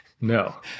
No